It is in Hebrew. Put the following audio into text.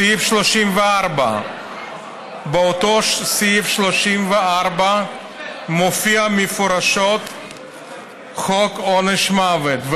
סעיף 34. באותו סעיף 34 מופיע מפורשות חוק עונש מוות,